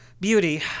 beauty